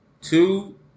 two